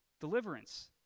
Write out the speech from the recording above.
deliverance